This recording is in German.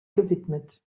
gewidmet